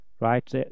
right